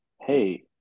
hey